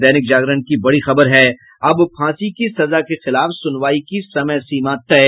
दैनिक जागरण की बड़ी खबर है अब फांसी की सजा के खिलाफ सुनवाई की समयसीमा तय